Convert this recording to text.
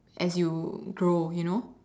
as you grow you know